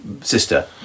sister